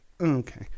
okay